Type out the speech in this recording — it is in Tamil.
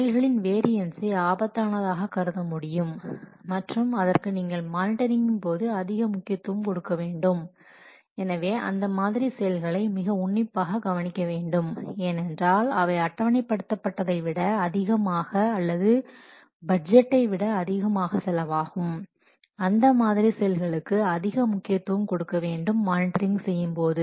செயல்களின் வேரியன்ஸை ஆபத்தானதாக கருதமுடியும் மற்றும் அதற்கு நீங்கள் மானிட்டரிங் போது அதிக முக்கியத்துவம் கொடுக்க வேண்டும் எனவே அந்த மாதிரியான செயல்களை மிக உன்னிப்பாக கவனிக்க வேண்டும் ஏனென்றால் அவை அட்டவணைப்படுத்தப்பட்டதைவிட அதிகமாக அல்லது பட்ஜெட்டைவிட அதிகமாக செலவாகும் அந்தமாதிரி செயல்களுக்கு அதிக முக்கியத்துவம் கொடுக்க வேண்டும் மானிட்டரிங் செய்யும்போது